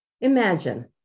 Imagine